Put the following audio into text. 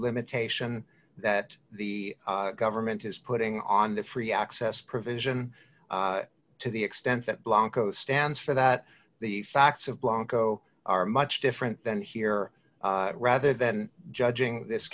limitation that the government is putting on the free access provision to the extent that blanco stands for that the facts of blanco are much different than here rather than judging this